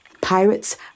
Pirates